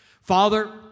Father